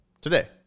Today